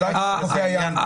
על חופי הים,